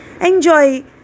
Enjoy